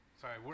sorry